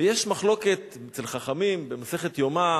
ויש מחלוקת אצל חכמים במסכת יומא.